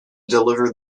deliver